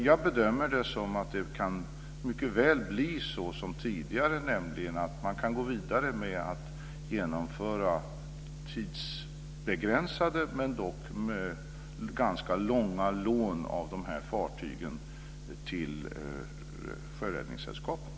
Jag bedömer det så att det mycket väl kan bli såsom tidigare, nämligen att man kan gå vidare med att genomföra tidsbegränsade men dock ganska långa lån av de här fartygen till Sjöräddningssällskapet.